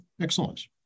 excellent